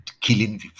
killing